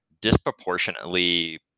disproportionately